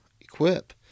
equip